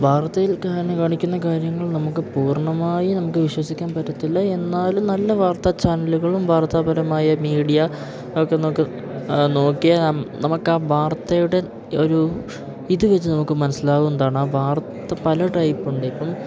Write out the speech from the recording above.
വാർത്തയിൽ കാണ് കാണിക്കുന്ന കാര്യങ്ങൾ നമുക്ക് പൂർണ്ണമായും നമുക്ക് വിശ്വസിക്കാൻ പറ്റത്തില്ല എന്നാലും നല്ല വാർത്താ ചാനലുകളും വാർത്താപരമായ മീഡിയ ഒക്കെ നമുക്ക് നോക്കിയ നമുക്കാ വാർത്തയുടെ ഒരു ഇത് വെച്ച് നമുക്ക് മനസ്സിലാവുന്നതാണ് ആ വാർത്ത പല ടൈപ്പുണ്ട് ഇപ്പം